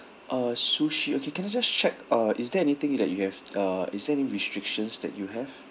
uh sushi okay can I just check uh is there anything that you have uh is there any restrictions that you have